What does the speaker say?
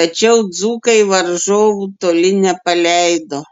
tačiau dzūkai varžovų toli nepaleido